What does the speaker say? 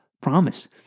promise